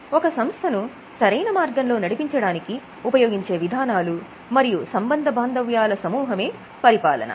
ఒక సంస్థను సరైన మార్గంలో నడిపించడానికి ఉపయోగించే విధానాలు మరియు సంబంధ బాంధవ్యాల సమూహమే పరిపాలన